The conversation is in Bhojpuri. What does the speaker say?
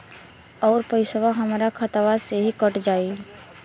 अउर पइसवा हमरा खतवे से ही कट जाई?